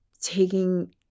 taking